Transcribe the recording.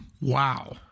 Wow